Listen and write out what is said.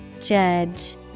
Judge